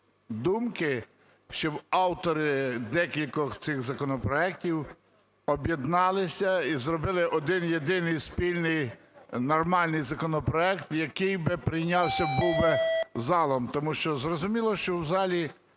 думки, щоб автори декількох цих законопроектів об'єдналися і зробили один єдиний спільний нормальний законопроект, який би прийнявся був би залом. Тому що, зрозуміло, що в залі